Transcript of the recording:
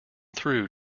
through